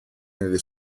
nelle